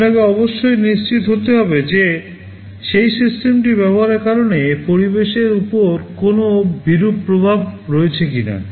আপনাকে অবশ্যই নিশ্চিত হতে হবে যে সেই সিস্টেমটি ব্যবহারের কারণে পরিবেশের উপর কোনও বিরূপ প্রভাব রয়েছে কিনা